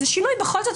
בכל זאת,